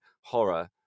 horror